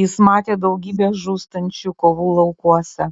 jis matė daugybę žūstančių kovų laukuose